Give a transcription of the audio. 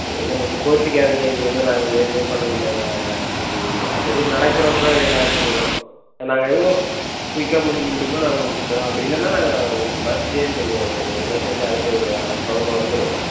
இல்லை மேம் கோச்சுக்காதீங்க இது வந்து நாங்கள் வேணுன்னே பண்ணது இல்லை இதை அது ஆல்ரெடி நடக்குறது தான் இது எல்லா இடத்துலையும் நாங்கள் எவ்வளோ குயிக்காக முடிக்க முடியுமோ நாங்கள் முடிச்சித் தரோம் அப்படி இல்லைனா நாங்கள் உங்களுக்கு பஸ் சே சேஞ்ச் பண்ணி விட்றோம் மேம் எங்கள் பஸ்ஸு வந்து அடுத்த ஒரு ஹாஃப் நவரில் வந்துரும்